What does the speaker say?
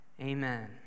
Amen